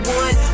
one